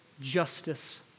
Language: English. Justice